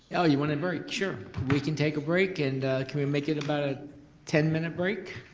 oh you want a a break, sure, we can take a break and can we make it about a ten minute break?